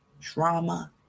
trauma